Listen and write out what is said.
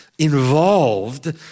involved